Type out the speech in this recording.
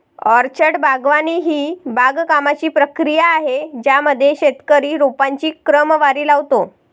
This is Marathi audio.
ऑर्चर्ड बागवानी ही बागकामाची प्रक्रिया आहे ज्यामध्ये शेतकरी रोपांची क्रमवारी लावतो